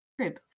crib